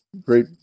great